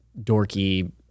dorky